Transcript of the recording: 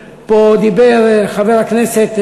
פה דיבר חבר הכנסת,